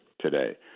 today